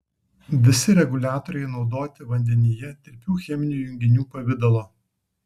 visi reguliatoriai naudoti vandenyje tirpių cheminių junginių pavidalo